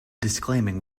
disclaiming